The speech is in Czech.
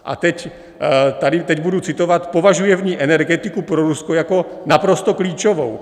A teď budu citovat: Považuje v ní energetiku pro Rusko jako naprosto klíčovou.